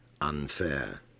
unfair